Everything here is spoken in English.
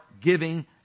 giving